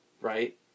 right